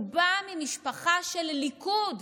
הוא בא ממשפחה של הליכוד.